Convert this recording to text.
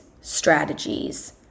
strategies